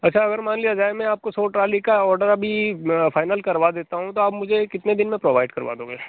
अच्छा अगर मान लिया जाए मैं आपको सौ ट्राली का आर्डर अभी फाइनल करवा देता हूँ तो आप मुझे कितने दिन में प्रोवाइड करवा दोगे